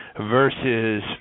versus